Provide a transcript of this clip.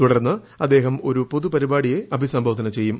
തുടർന്ന് അദ്ദേഹം ഒരു പൊതു പരിപാടിയെ അഭിസംബോധന ചെയ്യും